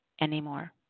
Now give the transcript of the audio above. anymore